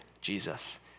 Jesus